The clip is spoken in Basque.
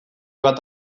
bat